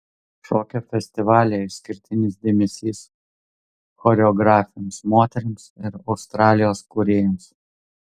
šokio festivalyje išskirtinis dėmesys choreografėms moterims ir australijos kūrėjams